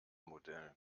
modell